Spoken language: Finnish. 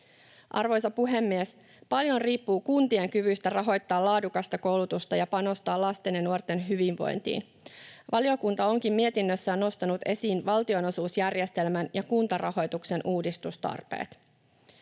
Arvoisa puhemies! Paljon riippuu kuntien kyvystä rahoittaa laadukasta koulutusta ja panostaa lasten ja nuorten hyvinvointiin. Valiokunta onkin mietinnössään nostanut esiin valtionosuusjärjestelmän ja kuntarahoituksen uudistustarpeet.